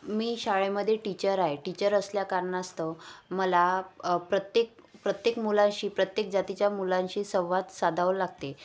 मी शाळेमध्ये टीचर आहे टीचर असल्या कारणास्तव मला प्रत्येक प्रत्येक मुलाशी प्रत्येक जातीच्या मुलांशी संवाद साधावं लागते